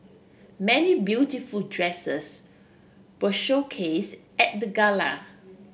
many beautiful dresses were showcase at the gala